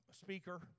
speaker